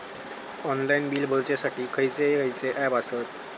Online bill भरुच्यासाठी खयचे खयचे ऍप आसत?